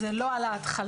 זה לא על ההתחלה.